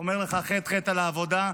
אומר לך ח"ח על העבודה,